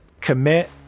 commit